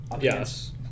Yes